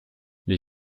les